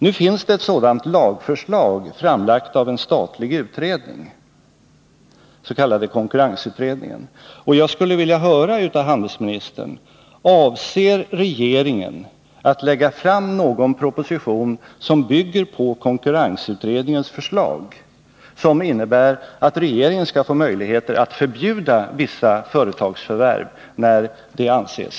Det finns ett sådant lagförslag framlagt av en statlig utredning, den s.k. konkurrensutredningen, och jag skulle vilja höra av handelsministern: Avser regeringen att lägga fram någon proposition som bygger på konkurrensutredningens förslag, vilket innebär att regeringen Nr 29 skall få möjligheter att förbjuda vissa företagsförvärv när det anses